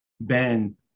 Ben